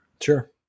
Sure